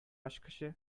ачкычы